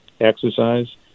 exercise